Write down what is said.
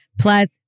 plus